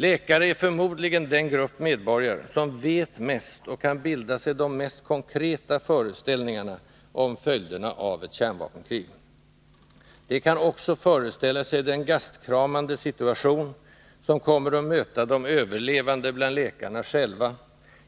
Läkare är förmodligen den grupp medborgare som vet mest — och kan bilda sig de mest konkreta föreställningarna — om följderna av ett kärnvapenkrig. De kan också föreställa sig den gastkramande situation som kommer att möta de överlevande bland läkarna själva